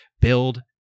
build